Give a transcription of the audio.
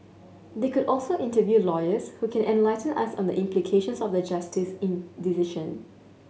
they could also interview lawyers who can enlighten us on the implications of the Justice's in decision